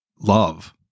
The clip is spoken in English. love